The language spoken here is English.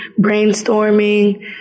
brainstorming